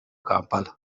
kampala